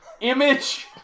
image